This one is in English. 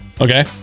Okay